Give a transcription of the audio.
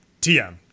TM